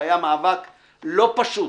והיה מאבק לא פשוט